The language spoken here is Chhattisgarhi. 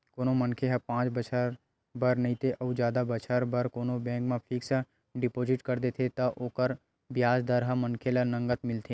कोनो मनखे ह पाँच बछर बर नइते अउ जादा बछर बर कोनो बेंक म फिक्स डिपोजिट कर देथे त ओकर बियाज दर ह मनखे ल नँगत मिलथे